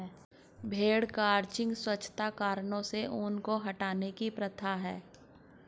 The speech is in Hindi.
भेड़ क्रचिंग स्वच्छता कारणों से ऊन को हटाने की प्रथा है